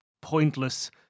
pointless